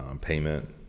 payment